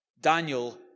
Daniel